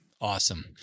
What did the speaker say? Awesome